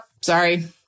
sorry